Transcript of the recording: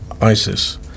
ISIS